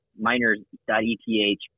Miners.eth